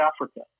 Africa